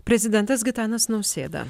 prezidentas gitanas nausėda